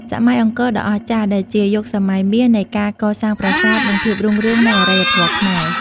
សម័យអង្គរដ៏អស្ចារ្យ ដែលជាយុគសម័យមាសនៃការកសាងប្រាសាទ និងភាពរុងរឿងនៃអរិយធម៌ខ្មែរ។